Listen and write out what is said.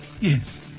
Yes